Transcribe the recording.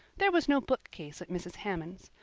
there was no bookcase at mrs. hammond's.